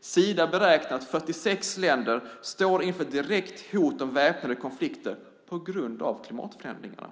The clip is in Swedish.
Sida beräknar att 46 länder står inför ett direkt hot om väpnade konflikter på grund av klimatförändringarna.